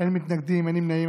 אין מתנגדים ואין נמנעים.